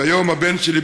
והיום הבן שלי,